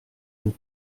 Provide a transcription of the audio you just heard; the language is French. vous